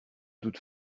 toute